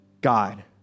God